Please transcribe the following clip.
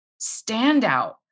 standout